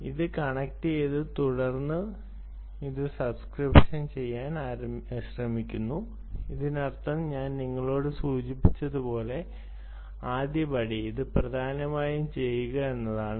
ഇത് കണക്റ്റുചെയ്തു തുടർന്ന് ഇത് സബ്സ്ക്രിപ്ഷൻ ചെയ്യാൻ ശ്രമിക്കുന്നു അതിനർത്ഥം ഞാൻ നിങ്ങളോട് സൂചിപ്പിച്ചതുപോലെ ആദ്യപടി ഇത് പ്രധാനമായും ചെയ്യുക എന്നതാണ്